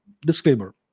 disclaimer